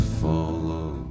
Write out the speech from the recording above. follow